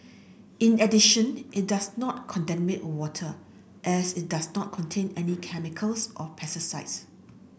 in addition it does not contaminate water as it does not contain any chemicals or pesticides